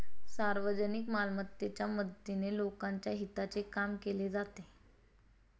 सार्वजनिक मालमत्तेच्या मदतीने लोकांच्या हिताचे काम केले जाते